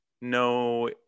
no